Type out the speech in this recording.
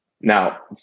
Now